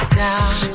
down